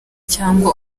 cyangwa